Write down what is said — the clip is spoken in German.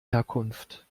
herkunft